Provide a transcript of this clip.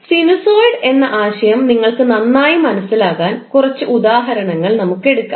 sinusoid എന്ന ആശയം നിങ്ങൾക്ക് നന്നായി മനസിലാക്കാൻ കുറച്ച് ഉദാഹരണങ്ങൾ നമുക്ക് എടുക്കാം